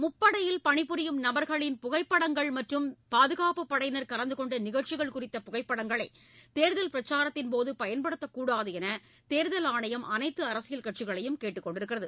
ழுப்படையில் பணிபுரியும் நபர்களின் புகைப்படங்கள் மற்றும் பாதுகாப்பு படையினர் கலந்துகொண்ட நிகழ்ச்சிகள் குறித்த புகைப்படங்களை தேர்தல் பிரச்சாரத்தின்போது பயன்படுத்தக்கூடாது என்று தேர்தல் ஆணையம் அனைத்து அரசியல் கட்சிகளையும் கேட்டுக்கொண்டுள்ளது